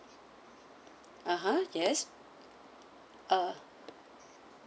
(uh huh) yes uh